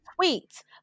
tweet